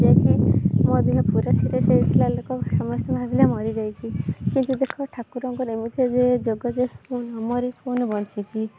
ଆଉ ଯେ କି ମୋ ଦେହ ପୁରା ସିରିଏସ ହେଇଯାଇଥିଲା ଲୋକ ସମସ୍ତେ ଭାବିଲେ ମରିଯାଇଛି କିନ୍ତୁ ଦେଖ ଠାକୁରଙ୍କର ଏମିତିଆ ଯେ ଯୋଗ ଯେ ମୁଁ ନ ମରି ପୁଣି ବଞ୍ଚିଛି